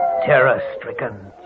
Terror-stricken